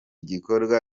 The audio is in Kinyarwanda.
gikorwa